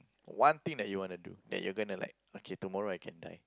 one thing that you wanna do that you're gonna like okay tomorrow I can die